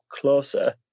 closer